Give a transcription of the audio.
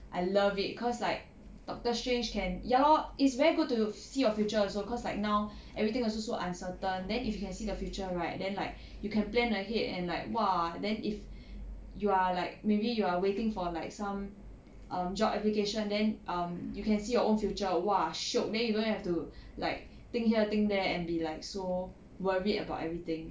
I love it cause like doctor strange can ya lor it's very good to see your future also cause like now everything also so uncertain then if you can see the future right then like you can plan ahead and like !wah! then if you are like maybe you are waiting for like some um job application then um you can see your own future !wah! shiok than you don't have to like think here think there and be like so worried about everything